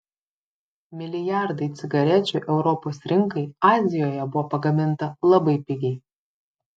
milijardai cigarečių europos rinkai azijoje buvo pagaminta labai pigiai